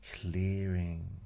clearing